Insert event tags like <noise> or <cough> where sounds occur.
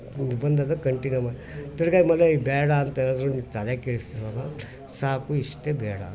ಬಂದಾಗ ಕಂಟಿನ್ಯು ಮಾಡಿ ತಿರ್ಗಿ ಆಮೇಲೆ ಬೇಡ ಅಂತ ಹೇಳಿದ್ರೂ ನೀವು ತಲೆ ಕೆಡ್ಸಿ <unintelligible> ಸಾಕು ಇಷ್ಟೇ ಬೇಡ